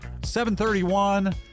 731